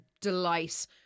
delight